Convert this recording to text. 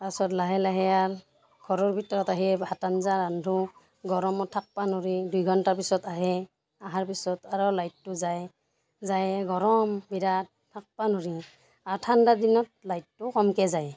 তাৰপিছত লাহে লাহে আৰু ঘৰৰ ভিতৰত আহে ভাত আঞ্জা ৰান্ধোঁ গৰমো থাকবা নোৰি দুই ঘণ্টাৰ পিছত আহে আহাৰ পিছত আৰু লাইটটো যায় যায় গৰম বিৰাট থাকবা নোৰি আৰু ঠাণ্ডাদিনত লাইটটো কমকৈ যায়